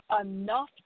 enough